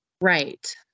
right